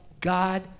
God